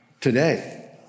today